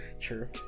true